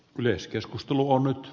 yleiskeskustelu on nyt